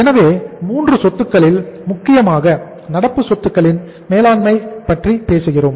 எனவே 3 சொத்துக்களில் முக்கியமாக நடப்பு சொத்துக்களின மேலாண்மை பற்றி பேசுகிறோம்